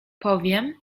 powiem